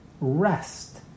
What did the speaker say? rest